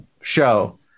show